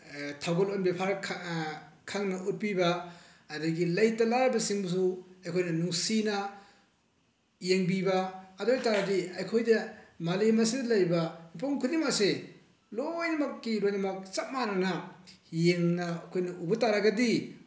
ꯊꯧꯒꯜ ꯕ꯭ꯌꯥꯕꯍꯥꯔ ꯈꯪꯅ ꯎꯠꯄꯤꯕ ꯑꯗꯨꯗꯒꯤ ꯂꯩꯇ ꯂꯥꯏꯔꯕꯁꯤꯡꯕꯨꯁꯨ ꯑꯩꯈꯣꯏꯅ ꯅꯨꯡꯁꯤꯅ ꯌꯦꯡꯕꯤꯕ ꯑꯗꯨ ꯑꯣꯏꯕ ꯇꯥꯔꯗꯤ ꯑꯩꯈꯣꯏꯗ ꯃꯥꯂꯦꯝ ꯑꯁꯤꯗ ꯂꯩꯔꯤꯕ ꯃꯤꯄꯨꯝ ꯈꯨꯗꯤꯡꯃꯛꯁꯦ ꯂꯣꯏꯅꯃꯛꯀꯤ ꯂꯣꯏꯅꯃꯛ ꯆꯞ ꯃꯥꯅꯅ ꯌꯦꯡꯅ ꯑꯩꯈꯣꯏꯅ ꯎꯕ ꯇꯥꯔꯒꯗꯤ